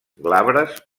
glabres